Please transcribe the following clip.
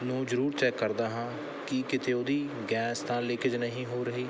ਨੂੰ ਜ਼ਰੂਰ ਚੈੱਕ ਕਰਦਾ ਹਾਂ ਕਿ ਕਿਤੇ ਉਹਦੀ ਗੈਸ ਤਾਂ ਲੀਕੇਜ ਨਹੀਂ ਹੋ ਰਹੀ